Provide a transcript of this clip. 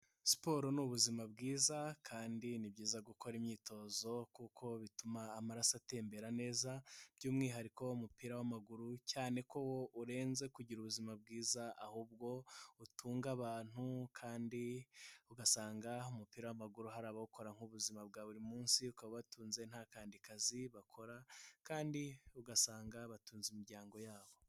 Siporo ni ubuzima bwiza kandi ni byiza gukora imyitozo kuko bituma amaraso atembera neza, by'umwihariko umupira w'amaguru cyane ko urenze kugira ubuzima bwiza ahubwo utunga abantu kandi ugasanga umupira w'amaguru hari abawukora nk'ubuzima bwa buri munsi ukaba ubatunze nta kandidi kazi bakora, kandi ugasanga ubatunze n'imiryango yabo.